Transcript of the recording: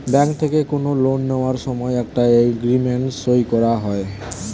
bank থেকে কোনো loan নেওয়ার সময় একটা এগ্রিমেন্ট সই করা হয়